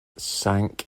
sank